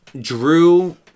Drew